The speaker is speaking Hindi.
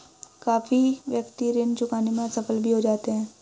काफी व्यक्ति ऋण चुकाने में असफल भी हो जाते हैं